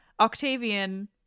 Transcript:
Octavian